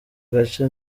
gace